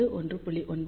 6 1